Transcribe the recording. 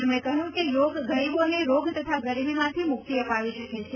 તેમણે કહ્યું કે યોગ ગરીબોને રોગ તથા ગરીબીમાંથી મુક્તિ અપાવી શકે છે